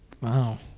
Wow